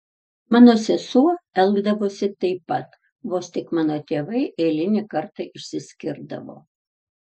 mano sesuo elgdavosi taip pat vos tik mano tėvai eilinį kartą išsiskirdavo